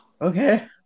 Okay